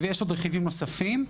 ויש עוד רכיבים נוספים.